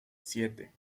siete